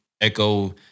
echo